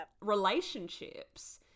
relationships